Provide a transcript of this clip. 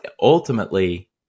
ultimately